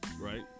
right